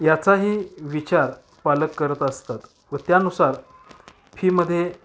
याचाही विचार पालक करत असतात व त्यानुसार फीमध्ये